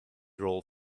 role